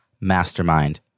mastermind